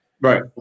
Right